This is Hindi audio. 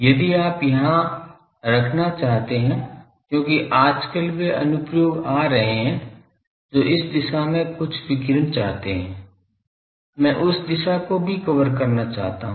यदि आप यहाँ रखना चाहते हैं क्योंकि आजकल वे अनुप्रयोग आ रहे हैं जो इस दिशा में कुछ विकिरण चाहते हैं मैं उस दिशा को भी कवर करना चाहता हूं